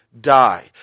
die